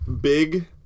big